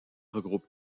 regroupe